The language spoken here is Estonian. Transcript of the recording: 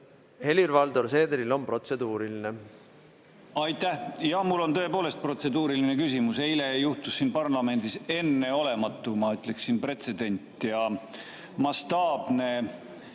Helir-Valdor Seederil on protseduuriline. Aitäh! Jah, mul on tõepoolest protseduuriline küsimus. Eile juhtus siin parlamendis enneolematu, ma ütleksin, pretsedent ja mastaapne